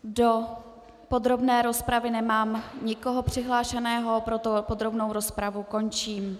Do podrobné rozpravy nemám nikoho přihlášeného, proto podrobnou rozpravu končím.